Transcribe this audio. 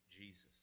Jesus